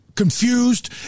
confused